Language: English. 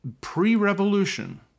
pre-revolution